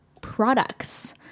products